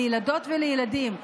לילדות ולילדים,